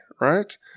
right